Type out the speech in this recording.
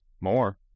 More